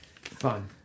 fun